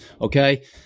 Okay